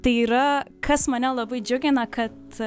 tai yra kas mane labai džiugina kad